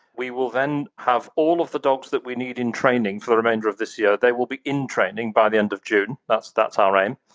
we will then have all of the dogs that we need in training for the remainder of this year, they will be in training by the end of june that's that's our aim.